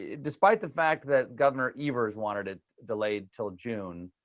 despite the fact that governor evers wanted it delayed till june,